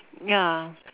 ya